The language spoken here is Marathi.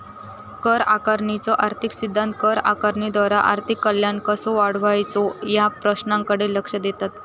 कर आकारणीचो आर्थिक सिद्धांत कर आकारणीद्वारा आर्थिक कल्याण कसो वाढवायचो या प्रश्नाकडे लक्ष देतत